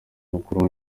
mukuru